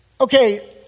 Okay